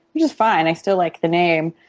which is fine, i still like the name.